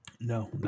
No